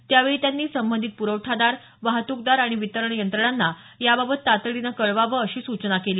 त्यावेळी त्यांनी संबंधित पुरवठादार वाहतुकदार आणि वितरण यंत्रणांना याबाबत तातडीनं कळवावं अशी सूचना केली